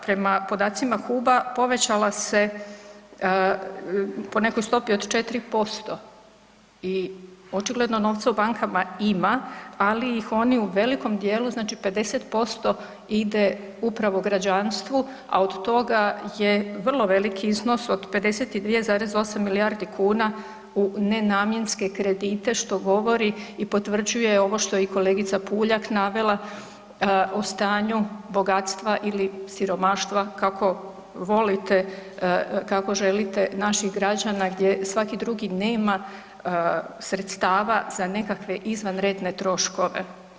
Prema podacima HUB-a povećala se po nekoj stopi od 4% i očigledno novca u bankama ima, ali ih oni u velikom dijelu znači 50% ide upravo građanstvu, a od toga je vrlo veliki iznos od 52,8 milijardi kuna u nenamjenske kredite što govori i potvrđuje ovo što je i kolegica Puljak navela o stanju bogatstva ili siromaštva kako volite, kako želite naših građana gdje svaki drugi nema sredstava za nekakve izvanredne troškove.